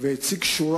והוצגה